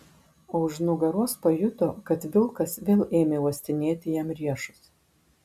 o už nugaros pajuto kad vilkas vėl ėmė uostinėti jam riešus